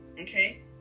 okay